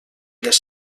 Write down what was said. les